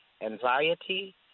anxiety